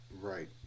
Right